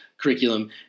curriculum